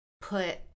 put